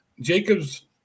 Jacobs